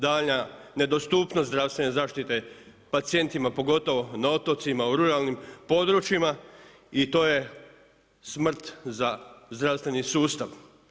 Daljnja nedostupnost zdravstvene zaštite, pacijentima, pogotovo na otocima, u ruralnim područjima i to je smrt za zdravstveni sustav.